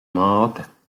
māte